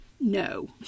no